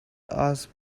ask